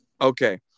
Okay